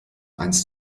eins